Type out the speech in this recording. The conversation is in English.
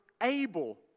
able